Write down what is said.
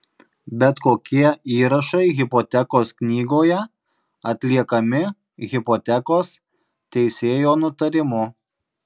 bet kokie įrašai hipotekos knygoje atliekami hipotekos teisėjo nutarimu